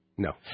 No